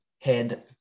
head